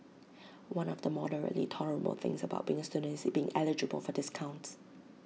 one of the moderately tolerable things about being A student is being eligible for discounts